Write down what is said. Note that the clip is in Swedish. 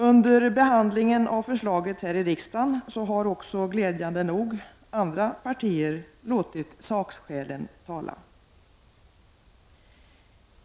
Under behandlingen av förslaget här i riksdagen har också glädjande nog andra partier låtit sakskälen tala.